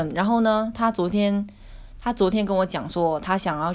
她昨天跟我讲说她想要去 shop for 那个 work shoe